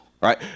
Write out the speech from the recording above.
right